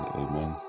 amen